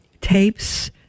tapes